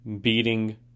Beating